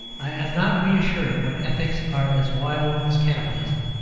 i am not reassured, when ethics are as wild as cannibalism,